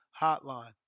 hotline